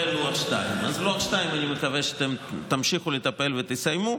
ולוח 2. אז בלוח 2 אני מקווה שאתם תמשיכו לטפל ותסיימו.